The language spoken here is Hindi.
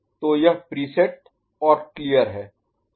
तो यह प्रीसेट और क्लियर है